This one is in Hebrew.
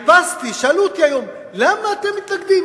שאלו אותי היום למה אתם מתנגדים.